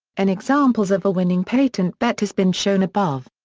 an examples of a winning patent bet has been shown above.